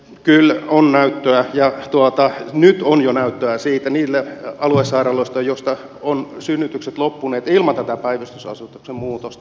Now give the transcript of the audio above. kyllä on näyttöä ja nyt on jo näyttöä siitä niillä aluesairaaloista joista ovat synnytykset loppuneet ilman tätä päivystysasetuksen muutosta